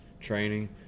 Training